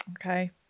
Okay